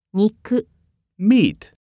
Meat